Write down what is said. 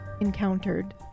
encountered